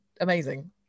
amazing